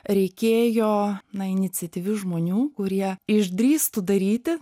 reikėjo na iniciatyvių žmonių kurie išdrįstų daryti